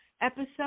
episode